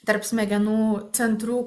tarp smegenų centrų